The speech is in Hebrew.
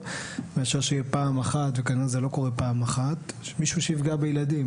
מאשר שתהיה פעם אחת וזה לא קורה פעם אחת שבה מישהו יפגע בילדים.